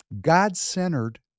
God-centered